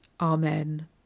Amen